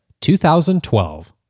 2012